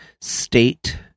state